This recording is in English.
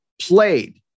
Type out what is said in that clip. played